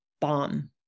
bomb